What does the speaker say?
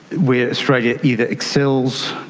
where australia either excels,